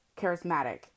charismatic